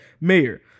mayor